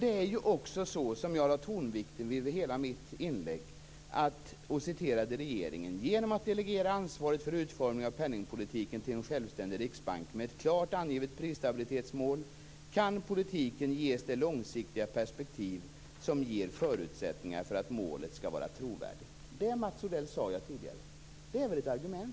Det är också så som framgår av tonvikten i hela mitt inlägg där jag citerade regeringen: "Genom att delegera ansvaret för utformningen av penningpolitiken till en självständig riksbank med ett klart angivet prisstabilitetsmål kan politiken ges det långsiktiga perspektiv som ger förutsättningar för att målet skall vara trovärdigt." Det var vad jag sade tidigare, Mats Odell. Det är väl ett argument?